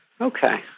Okay